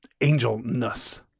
angelness